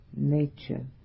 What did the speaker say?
Nature